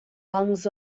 lungs